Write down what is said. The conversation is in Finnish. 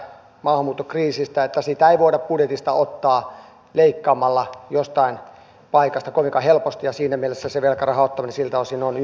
sitä ei voida budjetista ottaa leikkaamalla jostain paikasta kovinkaan helposti ja siinä mielessä se velkarahan ottaminen on siltä osin ymmärrettävää